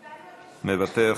מוותר,